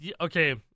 Okay